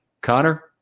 Connor